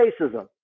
racism